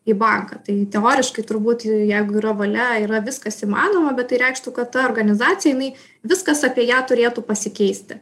į banką tai teoriškai turbūt jeigu yra valia yra viskas įmanoma bet tai reikštų kad ta organizacija jinai viskas apie ją turėtų pasikeisti